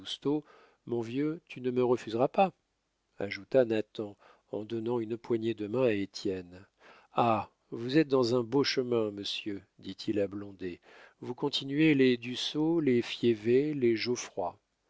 mon vieux tu ne me refuseras pas ajouta nathan en donnant une poignée de main à étienne ah vous êtes dans un beau chemin monsieur dit-il à blondet vous continuez les dussault les fiévée les